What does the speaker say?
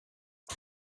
hij